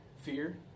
Fear